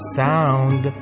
sound